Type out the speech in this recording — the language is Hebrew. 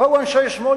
יבואו אנשי שמאל,